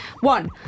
one